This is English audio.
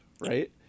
right